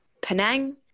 Penang